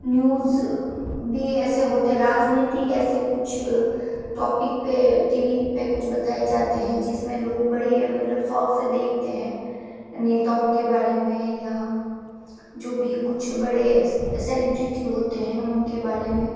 news भी ऐसे होते राजनीतिक ऐसे कुछ टॉपिक पर टी वी पर कुछ बताए जाते हैं जिसमें लोग बड़े मतलब शौक़ से देखते हैं नेताओं के बारे में या जो भी कुछ बड़े सेलिब्रिटी होते हैं उनके बारे में